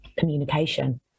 communication